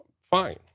fine